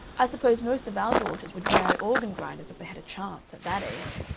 i suppose most of our daughters would marry organ-grinders if they had a chance at that age.